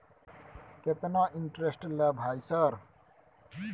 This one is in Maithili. केतना इंटेरेस्ट ले भाई सर?